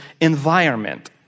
environment